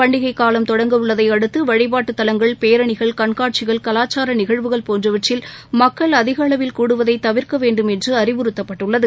பண்டிகை காலம் தொடங்க உள்ளதை அடுத்து வழிபாட்டுத் தலங்கள் பேரணிகள் கண்காட்சிகள் கலாச்சார நிகழ்வுகள் போன்றவற்றில் மக்கள் அதிகளவில் கூடுவதை தவிர்க்க வேண்டும் என்று அறிவுறுத்தப்பட்டுள்ளது